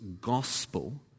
gospel